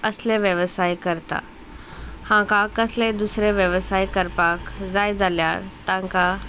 असले वेवसाय करता हाका कसले दुसरें वेवसाय करपाक जाय जाल्यार तांकां